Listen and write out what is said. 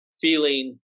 feeling